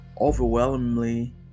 overwhelmingly